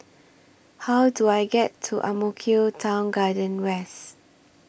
How Do I get to Ang Mo Kio Town Garden West